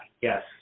yes